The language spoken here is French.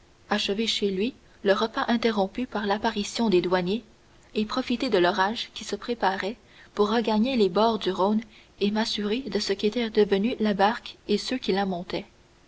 achever chez lui le repas interrompu par l'apparition des douaniers et profiter de l'orage qui se préparait pour regagner les bords du rhône et m'assurer de ce qu'étaient devenus la barque et ceux qui la montaient